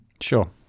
Sure